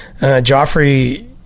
Joffrey